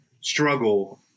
struggle